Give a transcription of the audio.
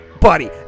buddy